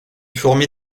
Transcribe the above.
formée